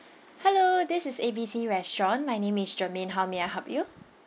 hello this is A B C restaurant my name is jermaine how may I help you